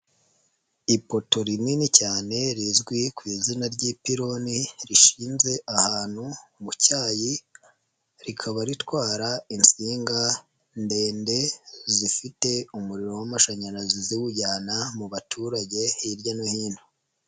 Ipoto rinini cyane rizwi ku izina ry'ipironi rishinze ahantu mu cyayi rikaba ritwara insinga ndende zifite umuriro w'amashanyarazi ziwujyana mu baturage hirya no hino.